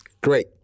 Great